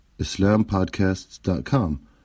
IslamPodcasts.com